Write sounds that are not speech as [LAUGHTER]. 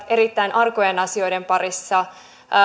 [UNINTELLIGIBLE] erittäin arkojen asioiden parissa